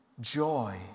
joy